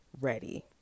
ready